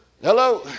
Hello